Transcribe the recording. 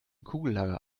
kugellager